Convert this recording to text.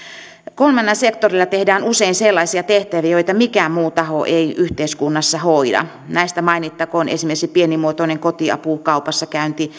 kolmannella sektorilla tehdään usein sellaisia tehtäviä joita mikään muu taho ei yhteiskunnassa hoida näistä mainittakoon esimerkiksi pienimuotoinen kotiapu kaupassa käynti